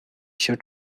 się